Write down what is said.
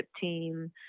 team